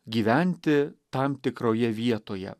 gyventi tam tikroje vietoje